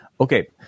Okay